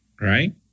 right